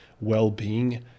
well-being